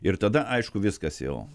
ir tada aišku viskas jau